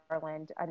Garland